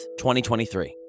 2023